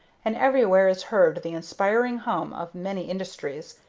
and everywhere is heard the inspiring hum of many industries,